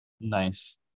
Nice